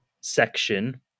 section